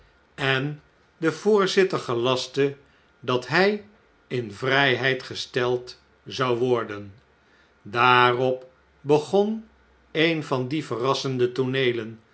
en de voorzitter gelastte dat luj in vrijheid gesteld zou worden daarop begon een van die verrassende